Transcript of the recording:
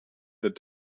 that